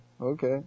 okay